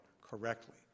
correctly